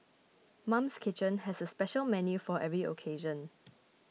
Mum's Kitchen has a special menu for every occasion